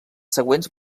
següents